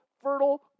fertile